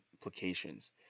implications